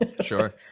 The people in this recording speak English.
Sure